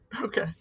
Okay